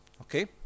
Okay